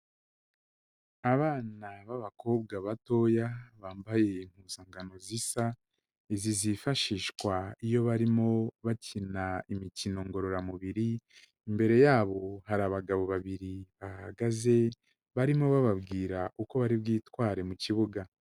Abana b'abakobwa batoya bambaye impuzangano zisa, izi zifashishwa iyo barimo bakina imikino ngororamubiri, imbere yabo hari abagabo babiri bahahagaze, barimo bababwira uko bari bwitware mu kibuga.